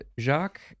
Jacques